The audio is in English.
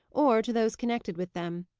or to those connected with them.